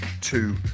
two